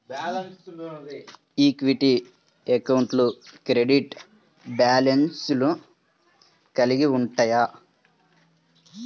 equity అకౌంట్లు credit బ్యాలెన్స్లను కలిగి ఉంటయ్యి